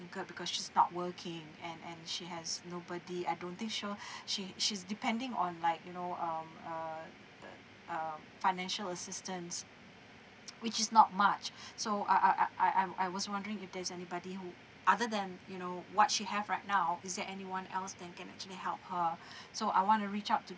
incurred because she's not working and and she has nobody I don't think so she she's depending on like you know um uh the err financial assistance which is not much so I I I I I'm I was wondering if there's anybody who other than you know what she has right now is there anyone else that can actually help her so I wanna reach out to